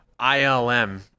ILM